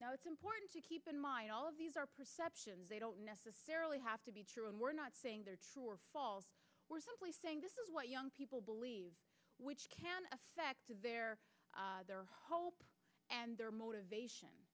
was it's important to keep in mind all of these are perceptions they don't necessarily have to be true and we're not saying they're true or false we're simply saying this is what young people believe which can affect their their hopes and their motivation